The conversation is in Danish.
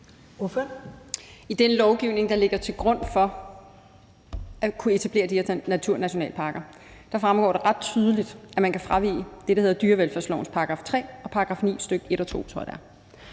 I den lovgivning, der ligger til grund for at kunne etablere de her naturnationalparker, fremgår det ret tydeligt, at man kan fravige dyrevelfærdslovens § 3 og § 9, stk. 1 og 2 – tror jeg det